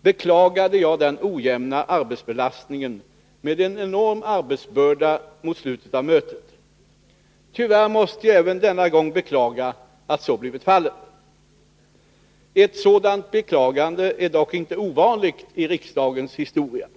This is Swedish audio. beklagade jag den ojämna arbetsbelastningen med enorm arbetsbörda mot slutet av mötet. Tyvärr måste jag även denna gång beklaga att så blivit fallet. Ett sådant beklagande är dock inte ovanligt i riksdagens historia.